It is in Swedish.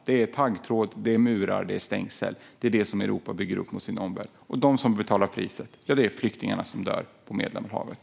Det är taggtråd, murar och stängsel som Europa bygger upp mot sin omvärld. De som betalar priset är flyktingarna som dör på Medelhavet.